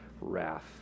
wrath